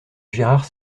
gérard